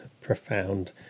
profound